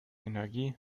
energie